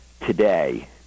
today